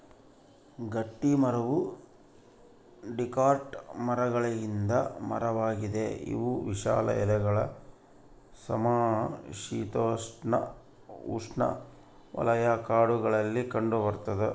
ಗಟ್ಟಿಮರವು ಡಿಕಾಟ್ ಮರಗಳಿಂದ ಮರವಾಗಿದೆ ಇವು ವಿಶಾಲ ಎಲೆಗಳ ಸಮಶೀತೋಷ್ಣಉಷ್ಣವಲಯ ಕಾಡುಗಳಲ್ಲಿ ಕಂಡುಬರ್ತದ